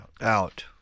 out